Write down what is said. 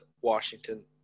Washington